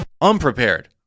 Unprepared